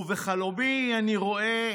ובחלומי אני רואה